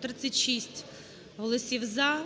36 голосів "за",